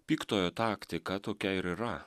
piktojo taktika tokia ir yra